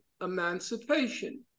emancipation